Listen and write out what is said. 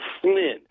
Flynn